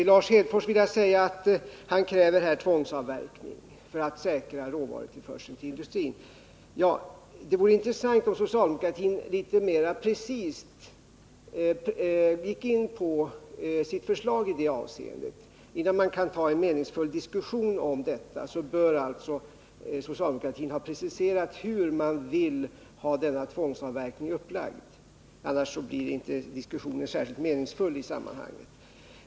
Lars Hedfors kräver här tvångsavverkning för att säkra råvarutillförseln tillindustrin. Det vore intressant om socialdemokratin mera precist gick in på sitt förslag i det avseendet. Innan man kan föra en meningsfull diskussion om detta bör socialdemokratin ha preciserat hur man vill ha tvångsavverkningen upplagd. Annars blir alltså diskussionen inte särskilt meningsfull i sammanhanget.